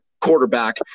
quarterback